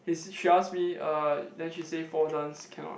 is she asks me uh then she say four dance cannot